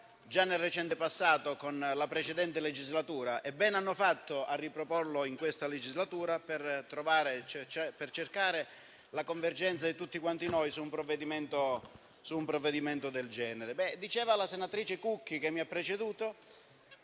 già nel recente passato, nella precedente legislatura. E bene hanno fatto a riproporlo, in questa legislatura, per cercare la convergenza di tutti quanti noi su un provvedimento del genere. Come diceva la senatrice Cucchi, che mi ha preceduto,